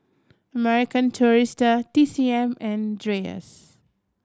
American Tourister T C M and Dreyers